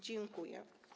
Dziękuję.